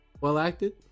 well-acted